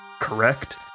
correct